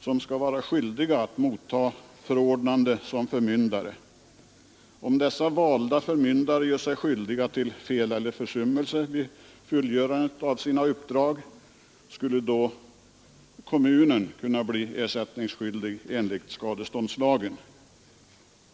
som skall vara skyldiga att motta förordnande som förmyndare. Om dessa valda förmyndare gör sig skyldiga till fel eller försummelse vid fullgörandet av sina uppdrag, skulle kommunen kunna bli ersättningsskyldig enligt skadeståndslagen.